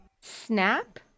Snap